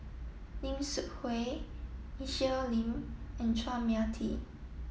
Lim Seok Hui Michelle Lim and Chua Mia Tee